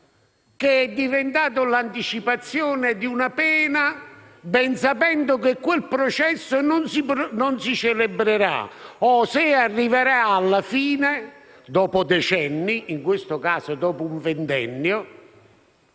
che è diventata l'anticipazione di una pena, ben sapendo che quel processo non si celebrerà o, se arriverà alla fine, dopo decenni - in questo caso dopo un ventennio